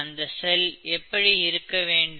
அந்த செல் எப்படி இருக்க வேண்டும்